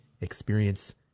experience